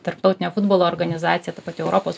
tarptautinė futbolo organizacija ta pati europos